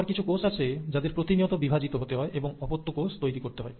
আবার কিছু কোষ আছে যাদের প্রতিনিয়ত বিভাজিত হতে হয় এবং অপত্য কোষ তৈরি করতে হয়